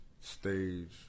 stage